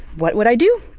what would i do?